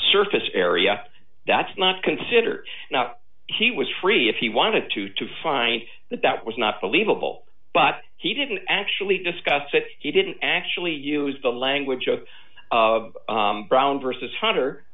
surface area that's not considered not he was free if he wanted to to find that that was not believable but he didn't actually discuss it he didn't actually use the language of brown versus hunter